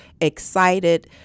excited